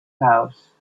house